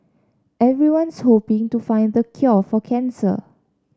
everyone's hoping to find the cure for cancer